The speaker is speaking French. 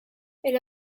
elle